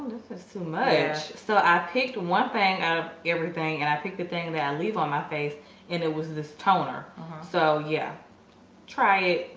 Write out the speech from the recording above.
this is too much so i picked one thing out of everything and i think the thing that i leave on my face and it was this toner so yeah try it,